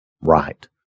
right